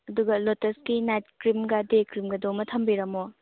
ꯑꯗꯨꯒ ꯂꯣꯇꯁꯀꯤ ꯅꯥꯏꯠ ꯀ꯭ꯔꯤꯝꯒ ꯗꯦ ꯀ꯭ꯔꯤꯝꯒꯗꯣ ꯑꯃꯒ ꯊꯝꯕꯤꯔꯝꯃꯣ